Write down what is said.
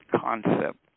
concept